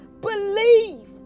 believe